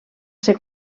ser